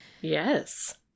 Yes